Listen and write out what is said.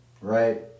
right